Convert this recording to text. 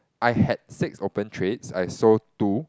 I had six open trades I sold two